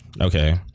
Okay